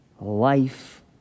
life